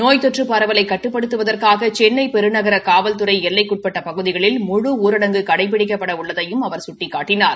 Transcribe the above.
நோய் தொற்று பரவலை கட்டுப்படுத்துவதற்காக சென்னை பெருநகர காவல்துறை எல்லைக்கு உட்பட்ட பகுதிகளில் முழு ஊரடங்கு கடைபிடிக்கப்பட உள்ளதையும் அவா சுட்டிக்காட்டினார்